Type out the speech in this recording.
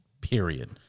period